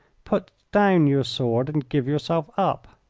put down your sword and give yourself up.